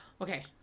Okay